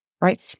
right